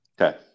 Okay